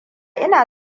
ina